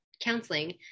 counseling